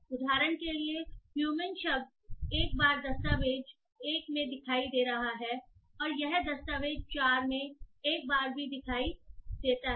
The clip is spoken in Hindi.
उदाहरण के लिए ह्यूमन शब्द एक बार दस्तावेज़ एक में दिखाई दे रहा है और यह दस्तावेज 4 में एक बार भी दिखाई देता है